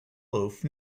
loaf